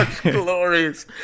glorious